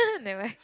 never